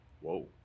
Whoa